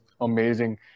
amazing